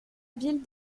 ville